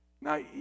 Now